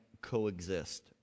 coexist